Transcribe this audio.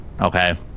Okay